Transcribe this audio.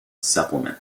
supplement